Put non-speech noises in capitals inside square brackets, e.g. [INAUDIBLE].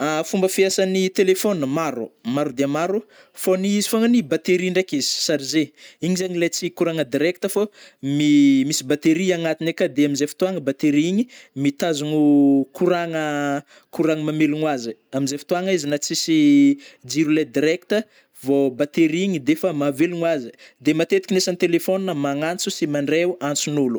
[HESITATION] Fomba fiasan'ny [HESITATION] telephone, maro- maro dia maro, fô ny izy fôgna ny batterie ndraik'izy chargée, igny zegny tsy le courant-na directe fô mi [HESITATION] misy batterie agnatigny akao de amzay fotoagna batterie igny mitazogno [HESITATION] courant-gna- courant-gna mamelogno azy ai, amzay ftoagna izy na tsisy [HESITATION] jiro le directe vô [HESITATION] batterie defa mahavelogno azy ai de matetika gn'asagny telephona magnantso sy mandraio antsonôlo.